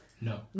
No